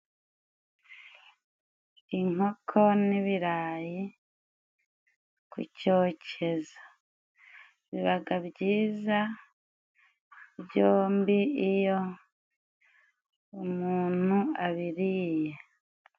Inkoko n'ibirayi ku cyokezo, bibaga byiza byombi iyo umuntu abiriye.